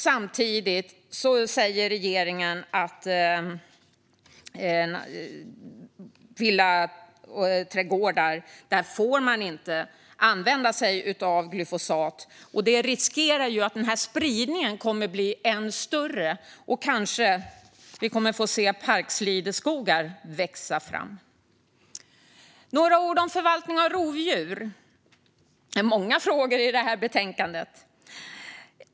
Samtidigt säger regeringen att man inte får använda sig av glyfosat i villaträdgårdar. Det riskerar att spridningen kan bli än större. Kanske får vi se parkslideskogar växa fram. Nu några ord om förvaltning av rovdjur. Det är många frågor i det här betänkandet!